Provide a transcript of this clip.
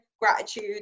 gratitude